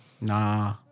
nah